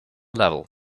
level